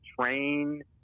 train